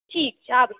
ठीक छै आबै छी